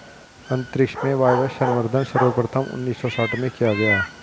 अंतरिक्ष में वायवसंवर्धन सर्वप्रथम उन्नीस सौ साठ में किया गया